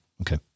Okay